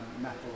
metal